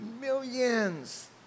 millions